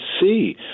see